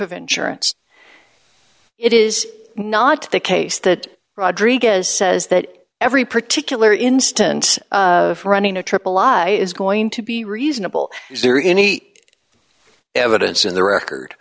of insurance it is not the case that rodriguez says that every particular instance of running a triple law is going to be reasonable is there any evidence in the record